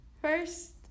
First